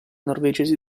norvegesi